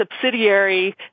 subsidiary